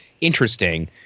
interesting